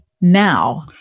now